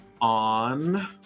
on